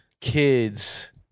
kids